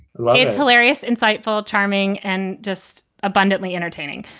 like it's hilarious, insightful, charming and just abundantly entertaining.